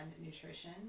nutrition